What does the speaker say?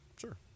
Sure